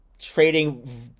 trading